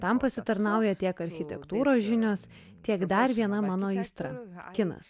tam pasitarnauja tiek architektūros žinios tiek dar viena mano aistra kinas